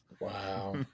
Wow